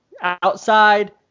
outside